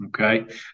Okay